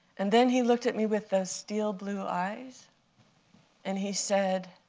and then he looked at me with those steel-blue eyes and he said,